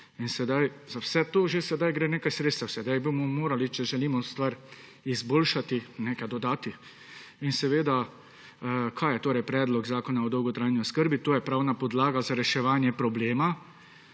za vse to že sedaj gre nekaj sredstev. Sedaj bomo morali, če želimo stvar izboljšati, nekaj dodati. In kaj je torej Predlog zakona o dolgotrajni oskrbi? To je pravna podlaga za reševanje problema